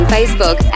Facebook